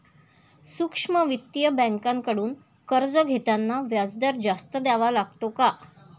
सूक्ष्म वित्तीय बँकांकडून कर्ज घेताना व्याजदर जास्त द्यावा लागतो का?